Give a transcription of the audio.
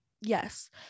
yes